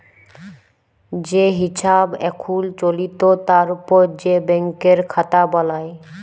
যে হিছাব এখুল চলতি তার উপর যে ব্যাংকের খাতা বালাই